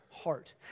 heart